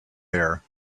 there